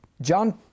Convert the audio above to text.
John